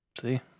See